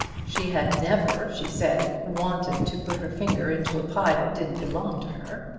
she had never, she said, wanted to put her finger into a pie that didn't belong to her.